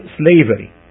slavery